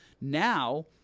now